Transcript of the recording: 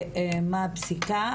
ומה פסיקה,